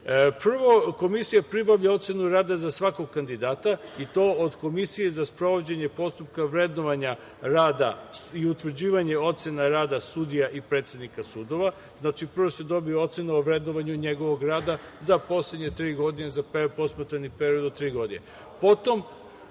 Prvo, Komisija pribavlja ocenu rada za svakog kandidata i to od Komisije za sprovođenje postupka vrednovanja rada i utvrđivanje ocena rada sudija i predsednika sudova. Znači, prvo se dobija ocena o vrednovanju njegovog rada za posmatrani period od tri godine. Potom